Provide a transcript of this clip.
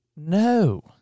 No